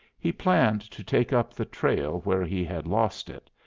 he planned to take up the trail where he had lost it,